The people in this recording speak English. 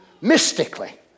Mystically